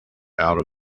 out